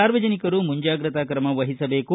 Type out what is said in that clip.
ಸಾರ್ವಜನಿಕರು ಮುಂಜಾಗ್ರತಾ ಕ್ರಮ ವಹಿಸಬೇಕು